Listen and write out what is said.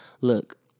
Look